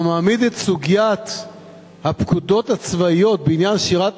המעמיד את סוגיית הפקודות הצבאיות בעניין שירת